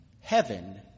heaven